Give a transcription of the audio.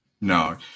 no